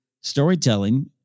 storytelling